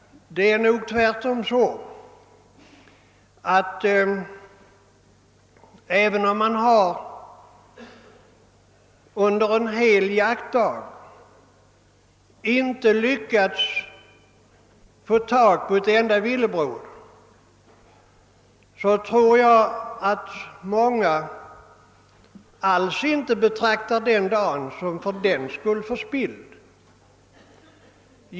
Tvärtom torde det vara så att många inte alls betraktar en jaktdag som förspilld även om de inte lyckats få tag på ett enda villebråd.